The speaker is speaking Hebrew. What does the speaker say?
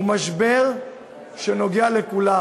הוא משבר שנוגע לכולם: